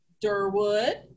Durwood